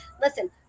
Listen